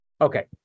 Okay